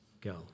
go